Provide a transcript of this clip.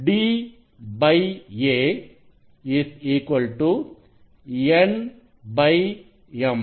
da n m